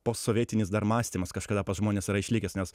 posovietinis dar mąstymas kažkada pas žmones yra išlikęs nes